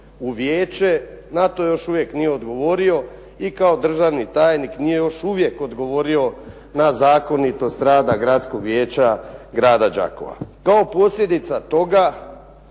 u vijeće na to još uvijek nije odgovorio i kao državni tajnik nije još uvijek odgovorio na zakonitost rada Gradskog vijeća grada Đakova. Kao posljedica toga,